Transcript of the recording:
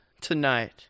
tonight